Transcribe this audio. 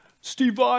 Steve